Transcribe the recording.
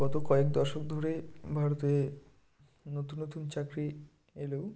গত কয়েক দশক ধরে ভারতে নতুন নতুন চাকরি এলো